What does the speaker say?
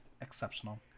exceptional